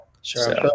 Sure